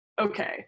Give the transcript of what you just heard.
okay